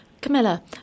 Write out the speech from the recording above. Camilla